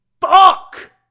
Fuck